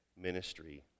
ministry